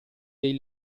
dei